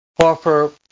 offer